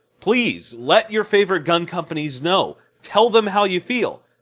please let your favorite gun companies know. tell them how you feel.